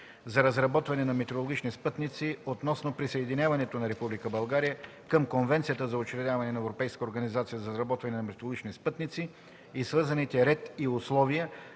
за разработване на метеорологични спътници (EUMETSAT) относно присъединяването на Република България към Конвенцията за учредяването на Европейска организация за разработване на метеорологични спътници (EUMETSAT) и свързаните ред и условия,